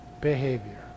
behavior